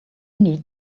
need